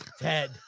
Ted